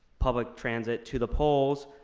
public transit to the polls,